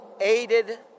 aided